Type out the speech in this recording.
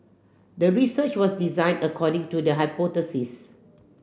the research was designed according to the hypothesis